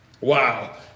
Wow